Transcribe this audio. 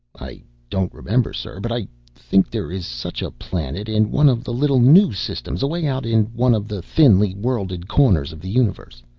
i don't remember, sir, but i think there is such a planet in one of the little new systems away out in one of the thinly worlded corners of the universe.